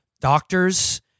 doctors